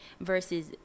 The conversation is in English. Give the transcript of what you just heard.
versus